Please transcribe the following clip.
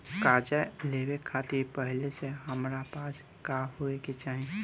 कर्जा लेवे खातिर पहिले से हमरा पास का होए के चाही?